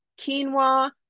quinoa